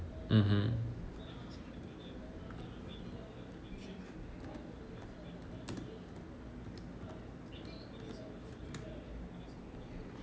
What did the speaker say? mmhmm